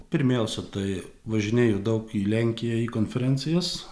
pirmiausia tai važinėju daug į lenkiją į konferencijas